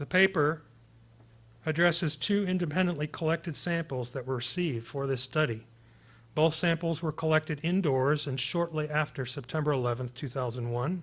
the paper addresses to independently collected samples that were seed for this study both samples were collected indoors and shortly after september eleventh two thousand and one